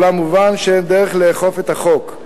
אולם מובן שאין דרך לאכוף את החוק.